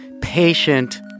patient